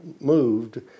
moved